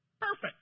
Perfect